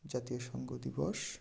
জাতি সংঘ দিবস